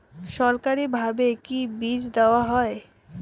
সরকারিভাবে কি বীজ দেওয়া হয়?